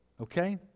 Okay